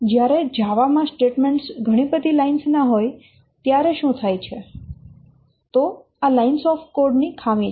જ્યારે જાવા માં સ્ટેટમેન્ટસ ઘણી બધી લાઇન્સ ના હોય ત્યારે શું થાય છે તો આ લાઇન્સ ઓફ કોડ ની ખામી છે